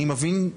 אני מבין,